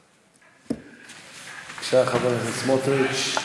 בבקשה, חבר הכנסת סמוטריץ.